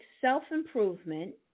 self-improvement